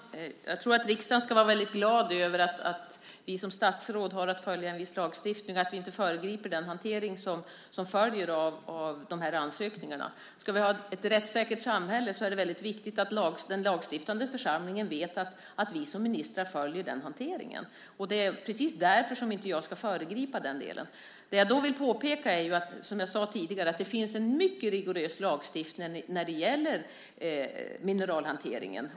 Fru talman! Jag tror att riksdagen ska vara väldigt glad över att vi som statsråd har att följa en viss lagstiftning och att vi inte föregriper den hantering som följer av de här ansökningarna. Ska vi ha ett rättssäkert samhälle är det väldigt viktigt att den lagstiftande församlingen vet att vi som ministrar följer den hanteringen. Det är precis därför som jag inte ska föregripa den delen. Det jag då vill påpeka är att, som jag sade tidigare, det finns en mycket rigorös lagstiftning när det gäller mineralhanteringen.